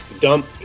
dump